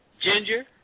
ginger